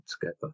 together